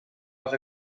els